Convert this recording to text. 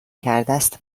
کردست